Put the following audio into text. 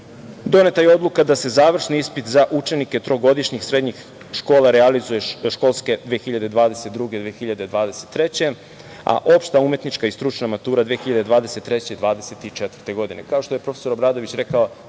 Doneta je odluka da se završni ispit za učenike trogodišnjih srednjih škola realizuje do školske 2022/2023. godine, a opšta umetnička i stručna matura 2023/2024. godine. Kao što je profesor Obradović rekao,